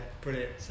brilliant